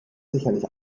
sicherlich